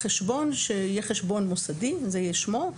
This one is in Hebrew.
שיהיה חשבון מוסדי, זה יהיה שמו.